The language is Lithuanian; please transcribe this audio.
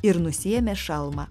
ir nusiėmė šalmą